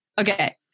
Okay